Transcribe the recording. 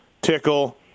Tickle